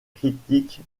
critiques